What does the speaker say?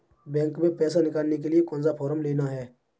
Bank में पैसा निकालने के लिए कौन सा फॉर्म लेना है?